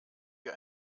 wir